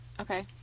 Okay